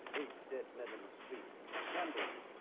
eight dead men in the street. scandalous!